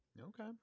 Okay